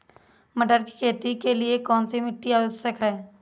मटर की खेती के लिए कौन सी मिट्टी आवश्यक है?